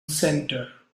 centre